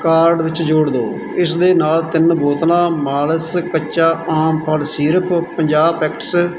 cart ਵਿੱਚ ਜੋੜ ਦਿਓ ਇਸ ਦੇ ਨਾਲ ਤਿੰਨ ਬੋਤਲਾਂ ਮਾਲਸ ਕੱਚਾ ਆਮ ਫਲ ਸੀਰਪ ਪੰਜਾਹ ਪੈਕੇਟਸ